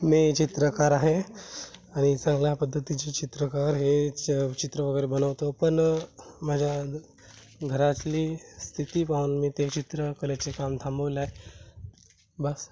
मी चित्रकार आहे आणि चांगल्या पद्धतीचे चित्रकार हे च चित्र वगैरे बनवतो पण माझ्या घरातली स्थिती पाहून मी ते चित्रकलेचे काम थांबवलं आहे बस